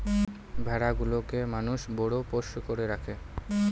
ভেড়া গুলোকে মানুষ বড় পোষ্য করে রাখে